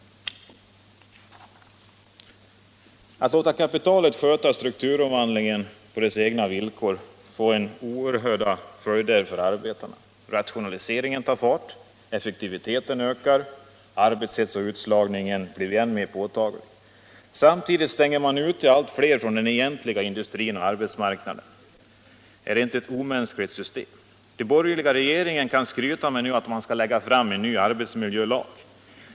Att låta kapitalet sköta strukturomvandlingen på sina egna villkor får obönhörligt följder för arbetarna. Rationaliseringen tar fart, effektiviteten ökar, arbetshets och utslagning blir än mer påtagliga. Samtidigt stänger man ute allt fler från den egentliga industrin och arbetsmarknaden. Är inte detta ett omänskligt system? Den borgerliga regeringen kan skryta med att man skall lägga fram en ny arbetsmiljölag.